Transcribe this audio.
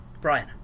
Brian